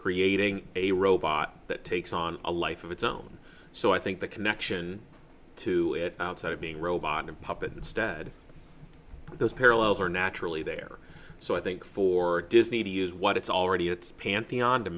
creating a robot that takes on a life of its own so i think the connection to it outside of being robotic puppet instead those parallels are naturally there so i think for disney to use what it's already it's pantheon to